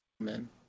amen